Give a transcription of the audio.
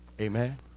amen